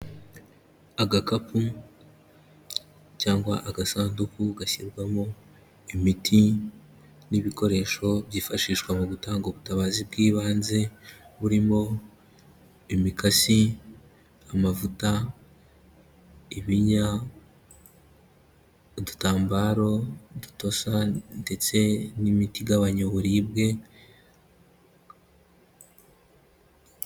Agakapu cyangwa agasanduku gashyirwamo imiti n'ibikoresho byifashishwa mu gutanga ubutabazi bw'ibanze burimo imikasi, amavuta, ibinya, udutambaro dutosa ndetse n'imiti igabanya uburibwe...